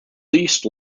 least